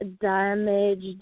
damaged